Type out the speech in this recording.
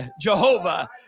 Jehovah